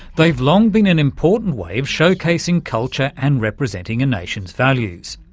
they've long been an important way of showcasing culture and representing a nation's values.